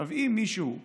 אם מישהו אומר: